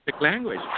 language